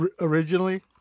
Originally